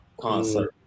concert